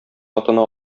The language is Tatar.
атына